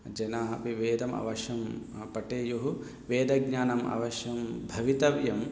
जनाः अपि वेदम् अवश्यं पठेयुः वेदज्ञानम् अवश्यं भवितव्यम्